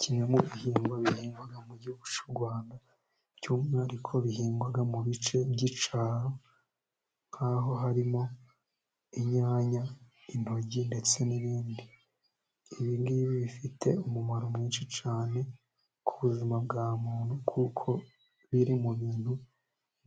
Kimwe mu bihingwa, bihingwa mu gihugu cy'u Rwanda, by'umwihariko bihingwa mu bice by'icaro, nk'aho harimo inyanya, intoryi ndetse n'ibindi, ibingibi bifite umumaro mwinshi cyane ku buzima bwa muntu, kuko biri mu bintu